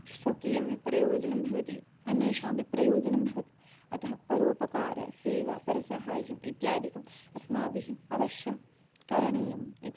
स्वकीयमपि प्रयोजनं भवति अन्येषामपि प्रयोजनं भवति अतः परोपकारसेवा परसहायम् इत्यादिकम् अस्माभिः अवश्यं करणीयम् इति